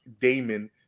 Damon